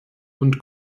und